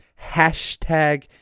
hashtag